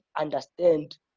understand